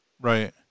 Right